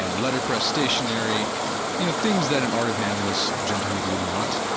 ah letterpress, stationary you know things that an art of manliness gentleman would want,